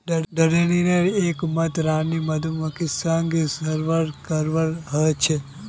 ड्रोनेर एकमात रानी मधुमक्खीर संग सहवास करवा ह छेक